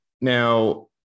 Now